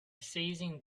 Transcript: seizing